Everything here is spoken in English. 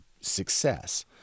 success